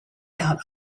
out